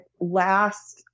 last